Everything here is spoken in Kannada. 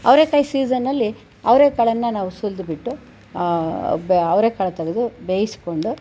ಅವರೆಕಾಯಿ ಸೀಸನ್ನಲ್ಲಿ ಅವರೆಕಾಳನ್ನು ನಾವು ಸುಲಿದುಬಿಟ್ಟು ಆ ಬ ಅವರೆಕಾಳು ತೆಗೆದು ಬೇಯಿಸಿಕೊಂಡು